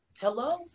Hello